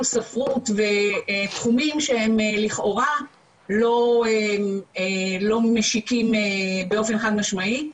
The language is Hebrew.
ספרות תחומים שהם לכאורה לא משיקים באופן חד משמעי,